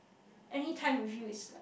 anytime with you is